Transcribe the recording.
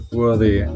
worthy